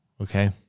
Okay